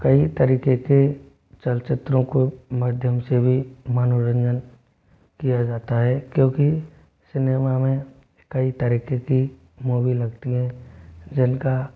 कई तरीके के चलचित्रों को माध्यम से भी मनोरंजन किया जाता है क्योंकि सिनेमा में कई तरीके की मूवी लगती हैं जिनका